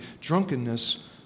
drunkenness